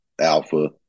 Alpha